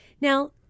Now